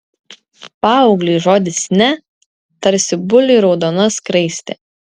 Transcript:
paaugliui žodis ne tarsi buliui raudona skraistė